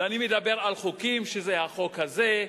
ואני מדבר על חוקים, שזה החוק הזה,